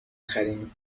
خریم